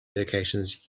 medications